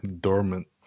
Dormant